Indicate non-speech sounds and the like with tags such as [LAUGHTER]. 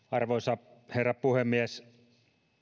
[UNINTELLIGIBLE] arvoisa herra puhemies